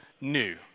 new